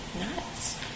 nuts